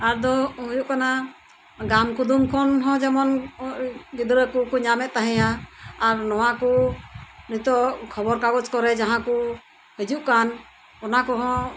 ᱟᱫᱚ ᱦᱩᱭᱩᱜ ᱠᱟᱱᱟ ᱜᱟᱢ ᱠᱩᱫᱩᱢ ᱠᱷᱚᱱ ᱦᱚᱸ ᱡᱮᱢᱚᱱ ᱜᱤᱫᱽᱨᱟᱹ ᱠᱩᱠᱩ ᱧᱟᱢᱮᱫ ᱛᱟᱦᱮᱸᱫ ᱼᱟ ᱟᱨ ᱱᱚᱣᱟᱠᱩ ᱠᱷᱚᱵᱚᱨ ᱠᱟᱜᱚᱡ ᱠᱚᱨᱮ ᱡᱟᱦᱟᱸᱠᱩ ᱦᱟᱹᱡᱩᱜ ᱠᱟᱱ ᱚᱱᱟᱠᱚᱦᱚᱸ